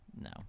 No